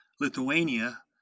Lithuania